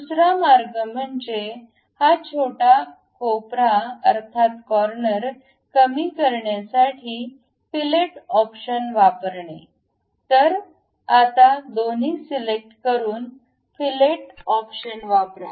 दुसरा मार्ग म्हणजे हा छोटा कोपरा अर्थात कॉर्नर कमी करण्यासाठी फिलेट ऑप्शन वापरणे तर आता दोन्ही सिलेक्ट करून फिलेट क् ऑप्शन वापरा